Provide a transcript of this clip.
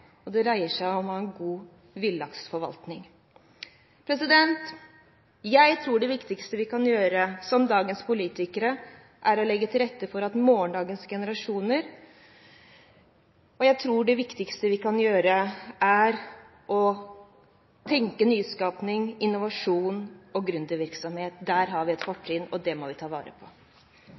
og det dreier seg om en god villaksforvaltning. Jeg tror det viktigste vi kan gjøre som dagens politikere er å legge til rette for morgendagens generasjoner og tenke nyskaping, innovasjon og gründervirksomhet. Der har vi et fortrinn, og det må vi ta vare på.